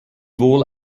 wohl